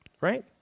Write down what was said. right